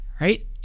right